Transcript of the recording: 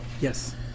Yes